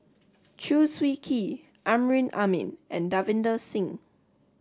Chew Swee Kee Amrin Amin and Davinder Singh